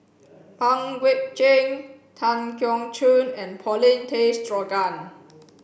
Pang Guek Cheng Tan Keong Choon and Paulin Tay Straughan